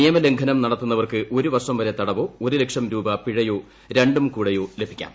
നിയമലംഘനം നടത്തുന്നവർക്ക് ഒരു വർഷംവരെ തടവോ ഒരു ലക്ഷം രൂപ പിഴയോ രണ്ടും കൂടെയോ ലഭിക്കാം